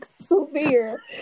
severe